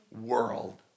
world